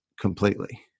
completely